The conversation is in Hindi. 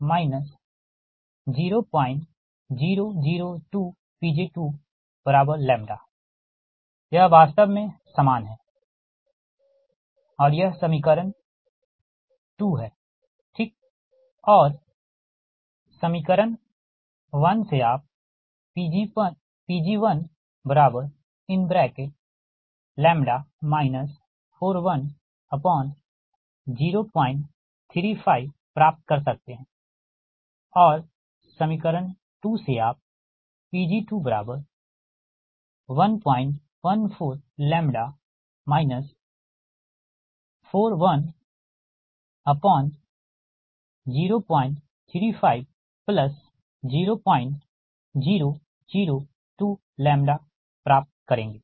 और L1dC1dPg1035Pg141114 0002 Pg2λ यह वास्तव में समान है यह समीकरण 2 है ठीक और समीकरण 1 से आप Pg1λ 41035 प्राप्त कर सकते हैं और समीकरण 2 से आप Pg2114 λ 41035 0002 λप्राप्त करेंगे